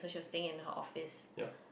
cannot office